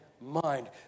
mind